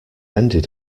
ended